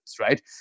right